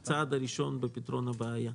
הן רק הצעד הראשון בפתרון הבעיה.